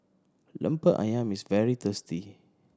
Lemper Ayam is very tasty